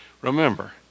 remember